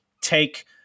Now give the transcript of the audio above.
take